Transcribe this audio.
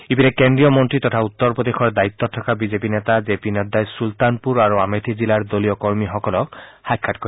ইপিনে কেন্দ্ৰীয় মন্ত্ৰী তথা উত্তৰ প্ৰদেশৰ দায়িত্বত থকা বিজেপি নেতা জে পি নাড্ডাই চুলতানপুৰ আৰু আমেথি জিলাৰ দলীয় কৰ্মীসকলক সাক্ষাৎ কৰিব